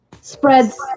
spreads